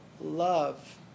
love